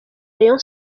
rayon